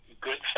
good